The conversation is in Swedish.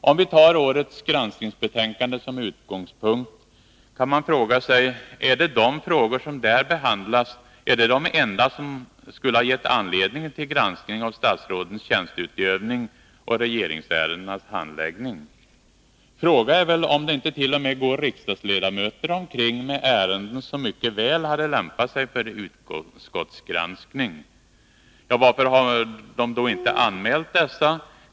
Om man tar årets granskningsbetänkande som utgångspunkt kan man fråga sig: Är de frågor som där behandlas de enda som gett anledning till granskning av statsrådens tjänsteutövning och regeringsärendenas handläggning? Fråga är väl om det inte t.o.m. går omkring riksdagsledamöter med ärenden som mycket väl hade lämpat sig för utskottsgranskning. Varför har de inte anmält dessa då?